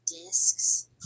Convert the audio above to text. discs